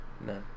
No